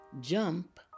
Jump